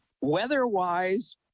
Weather-wise